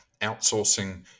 outsourcing